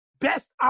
best